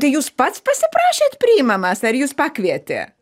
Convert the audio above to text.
jūs pats pasiprašėt priimamas ar jus pakvietė